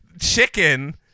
chicken